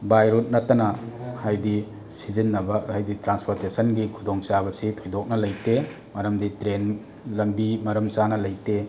ꯕꯥꯏ road ꯅꯠꯇꯅ ꯍꯥꯏꯗꯤ ꯁꯤꯖꯤꯟꯅꯕ ꯍꯥꯏꯗꯤ ꯇ꯭ꯔꯥꯟꯁꯄꯣꯔꯠꯇꯦꯁꯟꯒꯤ ꯈꯨꯗꯣꯡ ꯆꯥꯕ ꯑꯁꯤ ꯊꯣꯏꯗꯣꯛꯅ ꯂꯩꯇꯦ ꯃꯔꯝꯗꯤ ꯇ꯭ꯔꯦꯟ ꯂꯝꯕꯤ ꯃꯔꯝ ꯆꯥꯅ ꯂꯩꯇꯦ